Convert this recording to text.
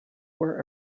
were